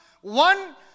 One